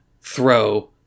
throw